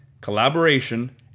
collaboration